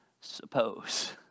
suppose